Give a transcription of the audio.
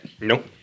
Nope